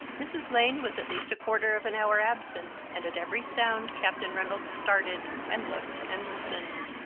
mrs. lane was at least a quarter of an hour absent, and at every sound captain reynolds started, and looked, and listened.